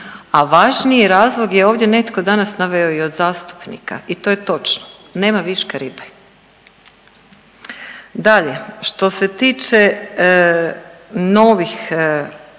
a važniji razlog je ovdje netko danas naveo i od zastupnika i to je točno, nema viška ribe. Dalje, što se tiče novih